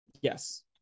Yes